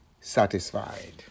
satisfied